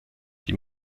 die